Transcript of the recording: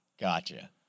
Gotcha